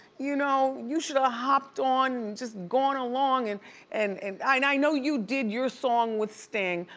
you know, you should've hopped on just going along, and and and i know you did your song with sting,